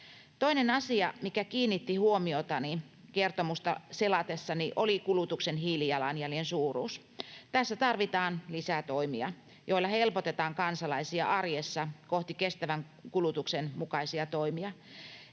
Toinen asia, mikä kiinnitti huomiotani kertomusta selatessani, oli kulutuksen hiilijalanjäljen suuruus. Tässä tarvitaan lisää toimia, joilla helpotetaan kansalaisia arjessa kohti kestävän kulutuksen mukaisia toimia.